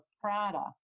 Prada